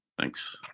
Thanks